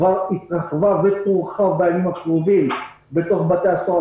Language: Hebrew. כבר התרחבה ותורחב בימים הקרובים בתוך בתי הסוהר.